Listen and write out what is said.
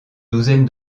douzaine